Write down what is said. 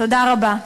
תודה רבה.